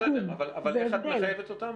בסדר, אבל איך את מחייבת אותם?